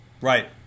Right